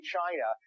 China